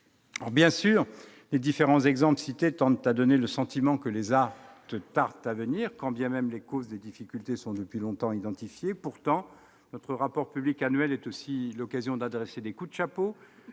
Bien sûr, les différents exemples cités tendent à donner le sentiment que les actes tardent à venir, quand bien même les causes des difficultés sont depuis longtemps identifiées. Pourtant, notre rapport public annuel est aussi l'occasion d'adresser des « coups de chapeau